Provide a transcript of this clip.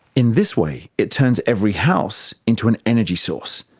in this way, it turns every house into an energy source,